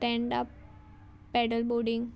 stand up paddle boating